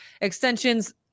extensions